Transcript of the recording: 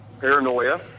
paranoia